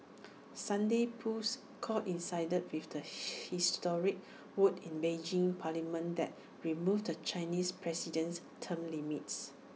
Sunday's polls coincided with the historic vote in Beijing's parliament that removed the Chinese president's term limits